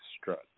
strut